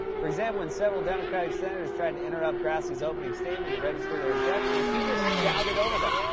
for example, when several democratic senators tried to interrupt grassley's opening statement to register their objections, he just shouted over them.